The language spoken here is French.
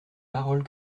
paroles